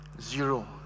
Zero